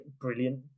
brilliant